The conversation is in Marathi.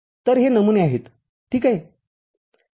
तरहे नमुने आहेत ठीक आहे